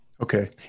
Okay